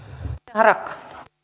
rouva